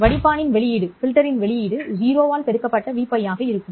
வடிப்பானின் வெளியீடு 0 பெருக்கப்பட்ட Vπ ஆக இருக்கும்